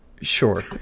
Sure